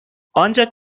ancak